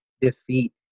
defeat